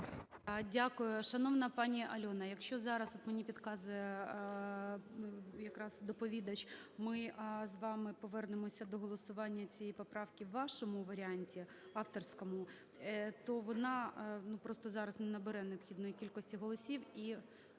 Дякую. Шановна паніАльона, якщо зараз, от мені підказує якраз доповідач, ми з вами повернемося до голосування цієї поправки в вашому варіанті, авторському, то вона просто зараз не набере необхідної кількості голосів, і